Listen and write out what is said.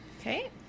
Okay